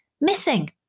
missing